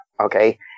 okay